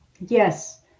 Yes